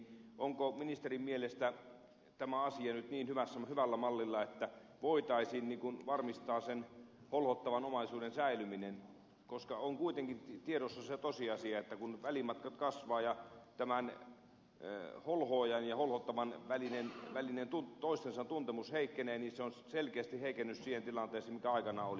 onko ministerin mielestä tämä asia nyt niin hyvällä mallilla että voitaisiin varmistaa sen holhottavan omaisuuden säilyminen koska on kuitenkin tiedossa se tosiasia että kun välimatkat kasvavat ja tämän holhoojan ja holhottavan välinen toistensa tuntemus heikkenee niin se on selkeästi heikennys siihen tilanteeseen mikä aikanaan oli